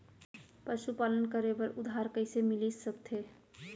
पशुपालन करे बर उधार कइसे मिलिस सकथे?